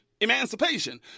Emancipation